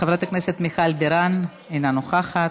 חברת הכנסת מיכל בירן, אינה נוכחת,